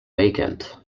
vacant